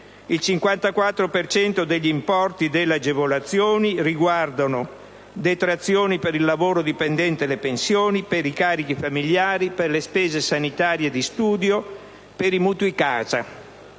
cento degli importi delle agevolazioni riguarda detrazioni per il lavoro dipendente e le pensioni, per i carichi familiari, per le spese sanitarie e di studio, per i mutui casa;